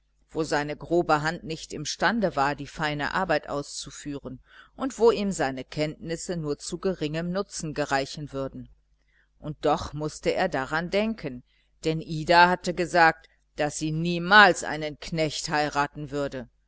wo seine grobe hand nicht imstande war die feine arbeit auszuführen und wo ihm seine kenntnisse nur zu geringem nutzen gereichen würden und doch mußte er daran denken denn ida hatte gesagt daß sie niemals einen knecht heiraten würde